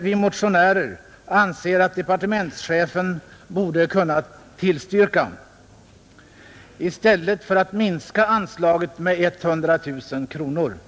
vi motionärer anser att departementschefen borde ha kunnat tillstyrka i stället för att minska anslaget med 100 000 kronor.